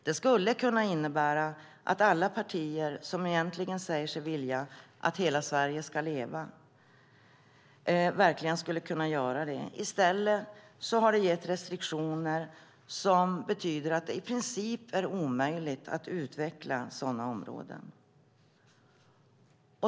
Det innebär att alla partier som egentligen säger sig vilja att hela Sverige ska leva i stället har skapat restriktioner, vilket betyder att det i princip är omöjligt att utveckla sådana områden.